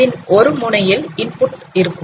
அதில் ஒரு முனையில் இன்புட் இருக்கும்